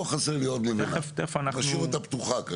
פה חסר לי עוד לבנה, משאיר אותה פתוחה.